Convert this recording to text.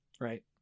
right